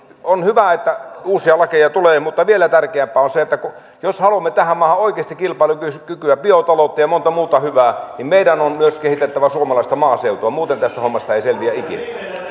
on hyvä että uusia lakeja tulee mutta vielä tärkeämpää on se että jos haluamme tähän maahan oikeasti kilpailukykyä biotaloutta ja ja monta muuta hyvää meidän on myös kehitettävä suomalaista maaseutua muuten tästä hommasta ei selviä ikinä